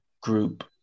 group